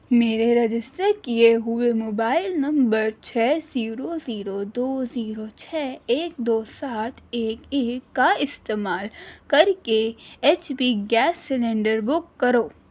میرے رجسٹر کیے ہوئے موبائل نمبر چھ سیرو زیرو دو زیرو چھ ایک دو سات ایک ایک کا استعمال کر کے H P gas cylinder book کرو